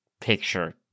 picture